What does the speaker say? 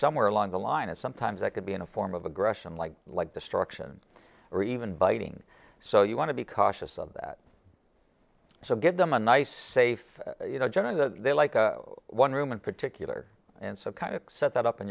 somewhere along the line and sometimes it could be in a form of aggression like like destruction or even biting so you want to be cautious of that so give them a nice safe you know generally that they like a one room in particular and so kind of set